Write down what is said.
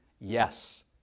yes